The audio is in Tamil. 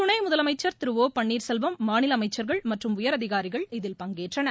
துணை முதலமைக்கள் திரு ஒ பன்னீர்செல்வம் மாநில அமைக்கள்கள் மற்றும் உயர் அதிகாரிகள் இதில் பங்கேற்கின்றனர்